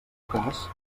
cas